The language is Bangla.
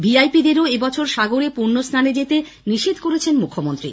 ভিআইপিদেরও এবছর সাগরে পুণ্যস্নানে যেতে নিষেধ করেছেন মুখ্যমন্ত্রী